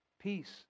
peace